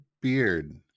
beard